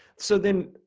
so then,